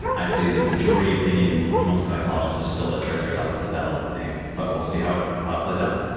i'd say the majority opinion opinion amongst paleontologists is still that triceratops is a valid name. but we'll see how it how it plays out.